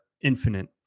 infinite